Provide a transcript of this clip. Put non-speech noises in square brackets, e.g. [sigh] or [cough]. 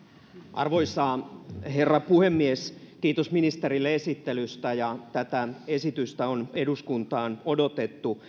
arvoisa herra puhemies kiitos ministerille esittelystä tätä esitystä on eduskuntaan odotettu [unintelligible]